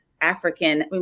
African